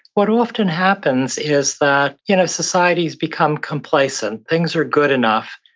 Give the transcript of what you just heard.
what often happens is that you know societies become complacent. things are good enough.